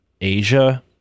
Asia